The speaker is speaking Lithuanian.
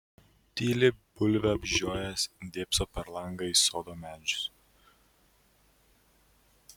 tyli bulvę apžiojęs dėbso per langą į sodno medžius